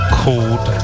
called